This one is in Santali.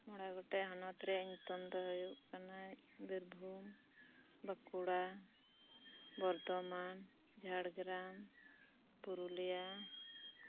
ᱢᱚᱬᱮ ᱜᱚᱴᱮᱱ ᱦᱚᱱᱚᱛ ᱨᱮᱭᱟᱜ ᱧᱩᱛᱩᱢ ᱫᱚ ᱦᱳᱭᱳᱜ ᱠᱟᱱᱟ ᱵᱤᱨᱵᱷᱩᱢ ᱵᱟᱸᱠᱩᱲᱟ ᱵᱚᱨᱫᱷᱚᱢᱟᱱ ᱡᱷᱟᱲᱜᱨᱟᱢ ᱯᱩᱨᱩᱞᱤᱭᱟ